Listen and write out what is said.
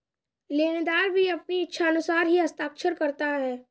लेनदार भी अपनी इच्छानुसार ही हस्ताक्षर करता है